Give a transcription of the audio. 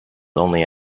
only